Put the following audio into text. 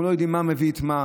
אנחנו לא יודעים מה מביא את מה.